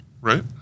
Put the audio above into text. Right